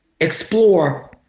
explore